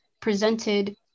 presented